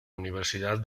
universidad